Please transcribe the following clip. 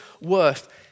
worth